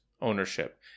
ownership